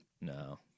No